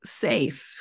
safe